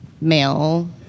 male